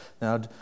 Now